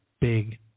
big